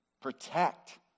Protect